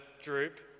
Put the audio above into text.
droop